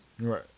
Right